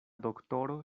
doktoro